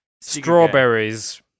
Strawberries